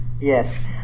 Yes